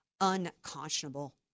unconscionable